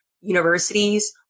universities